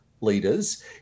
leaders